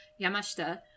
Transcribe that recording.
Yamashita